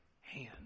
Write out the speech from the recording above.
hand